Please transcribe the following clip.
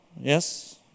Yes